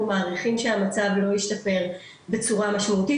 אנחנו מעריכים שהמצב לא השתפר בצורה משמעותית,